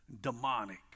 demonic